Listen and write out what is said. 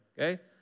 okay